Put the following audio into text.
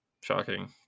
shocking